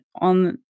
on